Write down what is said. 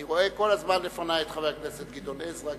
אני רואה כל הזמן לפני את חבר הכנסת גדעון עזרא,